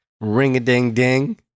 ring-a-ding-ding